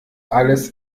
alles